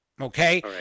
okay